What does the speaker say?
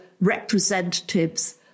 representatives